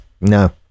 no